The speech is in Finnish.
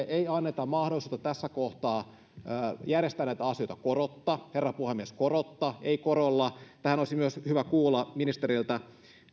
ei anneta mahdollisuutta tässä kohtaa järjestää näitä asioita korotta herra puhemies korotta ei korolla tähän olisi hyvä kuulla myös ministeriltä